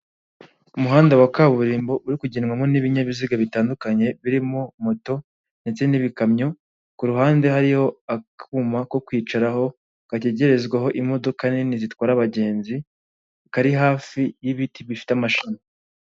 Umuhanda wa kaburimbo uri kugenwamo n'ibinyabiziga bitandukanye birimo moto ndetse n'ibikamyo. Ku ruhande hariyo akuma ko kwicaraho kategerezwaho imodoka nini zitwara abagenzi, kari hafi y'ibiti bifite amashami.